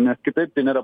nes kitaip ten yra